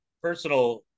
personal